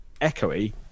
echoey